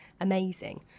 Amazing